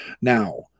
Now